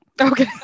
Okay